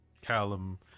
Callum